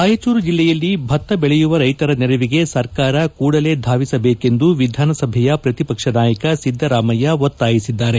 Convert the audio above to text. ರಾಯಚೂರು ಜಿಲ್ಲೆಯಲ್ಲಿ ಭತ್ತ ಬೆಳೆಯುವ ರೈತರ ನೆರವಿಗೆ ಸರ್ಕಾರ ಕೂಡಲೇ ಧಾವಿಸಬೇಕೆಂದು ವಿಧಾನಸಭೆಯ ಪ್ರತಿಪಕ್ಷ ನಾಯಕ ಸಿದ್ದರಾಮಯ್ಯ ಒತ್ತಾಯಿಸಿದ್ದಾರೆ